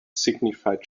signified